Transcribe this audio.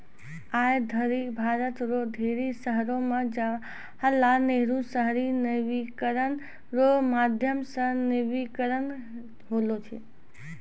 आय धरि भारत रो ढेरी शहरो मे जवाहर लाल नेहरू शहरी नवीनीकरण रो माध्यम से नवीनीकरण होलौ छै